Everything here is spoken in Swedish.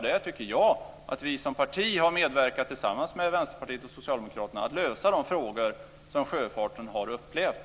Där tycker jag att vi som parti har medverkat tillsammans med Vänsterpartiet och Socialdemokraterna till att lösa de problem som sjöfarten har upplevt.